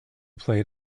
played